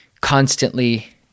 constantly